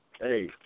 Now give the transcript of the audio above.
Hey